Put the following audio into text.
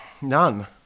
None